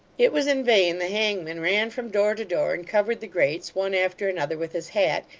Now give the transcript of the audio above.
it was in vain the hangman ran from door to door, and covered the grates, one after another, with his hat,